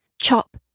Chop